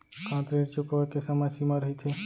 का ऋण चुकोय के समय सीमा रहिथे?